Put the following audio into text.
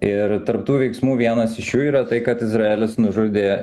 ir tarp tų veiksmų vienas iš jų yra tai kad izraelis nužudė